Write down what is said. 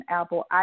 Apple